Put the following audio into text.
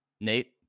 nate